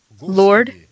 Lord